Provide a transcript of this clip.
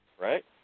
right